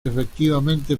efectivamente